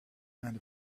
and